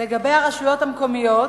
לגבי הרשויות המקומיות,